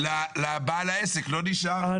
לבעל העסק לא נשאר.